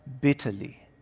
bitterly